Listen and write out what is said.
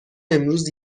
امروز